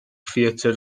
theatr